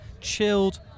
chilled